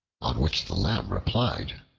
on which the lamb replied,